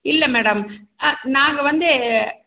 இல்லை மேடம் ஆ நாங்கள் வந்து